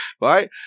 right